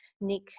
Nick